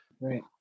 Right